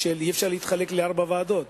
שאי-אפשר להתחלק לארבע ועדות.